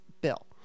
bill